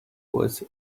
was